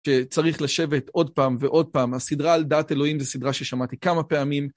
שצריך לשבת עוד פעם ועוד פעם. הסדרה על דת אלוהים זה סדרה ששמעתי כמה פעמים.